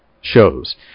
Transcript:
shows